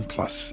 Plus